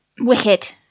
Wicked